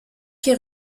qui